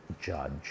judge